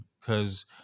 Cause